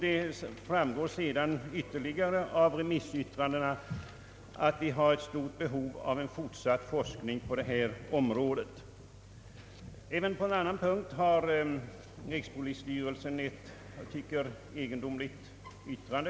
Det framgår sedan ytterligare av remissyttrandena att vi har ett stort behov av en fortsatt forskning på detta område. Även på en annan punkt har rikspolisstyrelsen avgivit ett egendomligt yttrande.